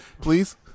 Please